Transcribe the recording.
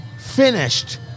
finished